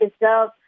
deserve